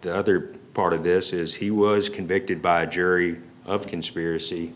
the other part of this is he was convicted by a jury of conspiracy